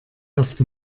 erst